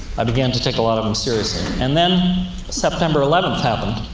i began to take a lot of them seriously. and then september eleven happened,